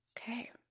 Okay